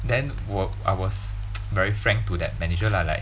then 我 I was very frank to that manager lah like